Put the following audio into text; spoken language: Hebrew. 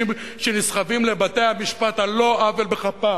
שנסחבים לבתי-המשפט על לא עוול בכפם.